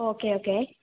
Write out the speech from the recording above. okay okay